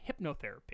hypnotherapy